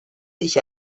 ich